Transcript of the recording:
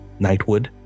Nightwood